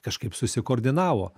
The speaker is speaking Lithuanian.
kažkaip susikoordinavo